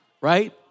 right